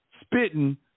spitting